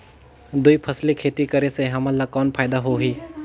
दुई फसली खेती करे से हमन ला कौन फायदा होही?